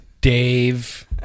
Dave